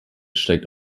steigt